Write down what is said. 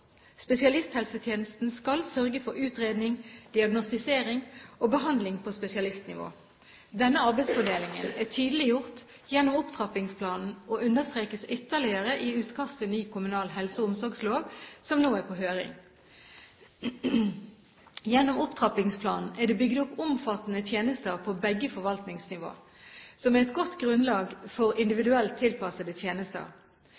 Spesialisthelsetjenesten skal sørge for utredning, diagnostisering og behandling på spesialistnivå. Denne arbeidsfordelingen er tydeliggjort gjennom opptrappingsplanen og understrekes ytterligere i utkast til ny kommunal helse- og omsorgslov, som nå er på høring. Gjennom opptrappingsplanen er det bygd opp omfattende tjenester på begge forvaltningsnivåer, som er et godt grunnlag for